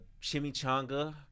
chimichanga